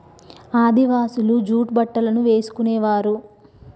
ఆదివాసులు జూట్ బట్టలను వేసుకునేవారు